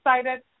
excited